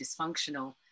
dysfunctional